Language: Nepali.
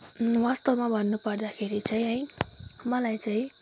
वास्तवमा भन्नपर्दाखेरि चाहिँ है मलाई चाहिँ